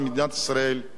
איש קדימה,